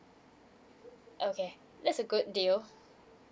okay that's a good deal